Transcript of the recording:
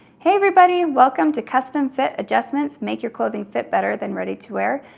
hey everybody, welcome to custom fit adjustments, make your clothing fit better than ready to wear.